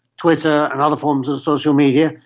twitter and other forms of social media,